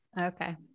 Okay